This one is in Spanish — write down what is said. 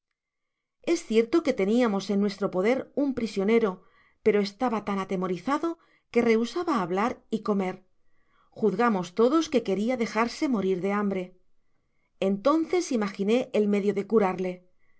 es cierto que teniamos en nuestro poder un prisionero pero estaba tan atemorizado que rehusaba hablar y comer juzgamos todos que queria dejarse morir de hambre entonces imagine el medio de curarle